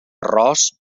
arròs